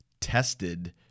tested